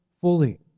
fully